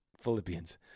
Philippians